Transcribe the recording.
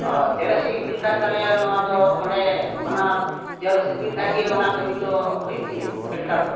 ᱚ ᱡᱮᱨᱚᱠᱥ ᱤᱧ ᱤᱫᱤ ᱞᱮᱠᱷᱟᱱ ᱛᱟᱦᱞᱮ ᱱᱚᱣᱟ ᱫᱚ ᱚᱸᱰᱮ ᱵᱟᱱᱟᱨ ᱡᱮᱨᱚᱥ ᱤᱫᱤ ᱞᱮᱠᱷᱟᱱ ᱜᱮ ᱚᱱᱟ ᱠᱟᱹᱢᱤ ᱫᱚ ᱦᱩᱭᱩᱜ ᱛᱤᱧᱟᱹ ᱯᱮᱱ ᱠᱟᱨᱰ ᱫᱚ